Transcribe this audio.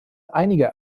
einige